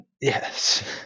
yes